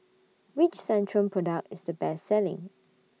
Which Centrum Product IS The Best Selling